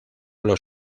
los